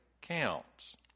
counts